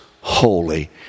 holy